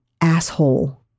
asshole